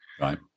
Right